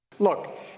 Look